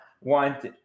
want